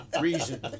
reason